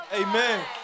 Amen